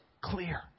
Clear